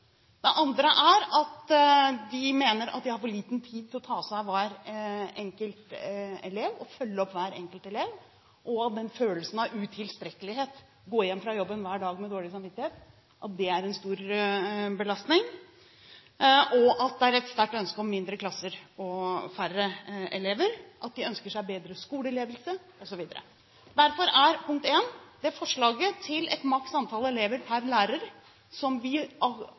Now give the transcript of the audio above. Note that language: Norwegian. Det andre er at de mener at de har for liten tid til å ta seg av og følge opp hver enkelt elev. Det er følelsen av utilstrekkelighet, å gå hjem fra jobben hver dag med dårlig samvittighet, som er en stor belastning. Det er et sterkt ønske om mindre klasser og færre elever, de ønsker seg bedre skoleledelse osv. Derfor vil det forslaget til et maks antall elever per lærer, som vi